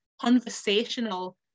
conversational